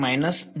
વિદ્યાર્થી